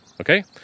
okay